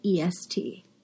EST